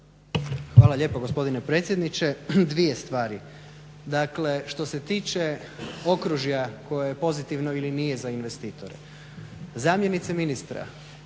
Hvala lijepa gospodine predsjedniče. Dvije stvari. Dakle, što se tiče okružja koje je pozitivno ili nije za investitore. Zamjenice ministra